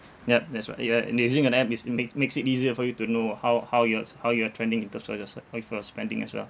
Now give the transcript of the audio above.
yup that's right ya using an app is make~ makes it easier for you to know ah how how yours how you are trending in terms of your side with uh spending as well